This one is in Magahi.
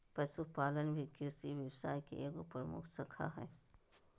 पशुपालन भी कृषि व्यवसाय के एगो प्रमुख शाखा हइ